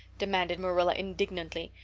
demanded marilla indignantly.